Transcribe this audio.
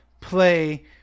play